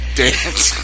dance